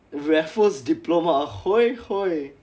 raffles diploma !hey! !hey!